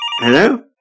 Hello